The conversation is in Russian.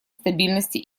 стабильности